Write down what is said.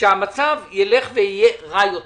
שהמצב יהיה רע יותר.